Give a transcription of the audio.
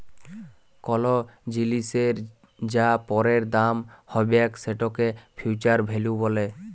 call জিলিসের যা পরের দাম হ্যবেক সেটকে ফিউচার ভ্যালু ব্যলে